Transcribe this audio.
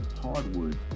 Hardwood